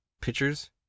pictures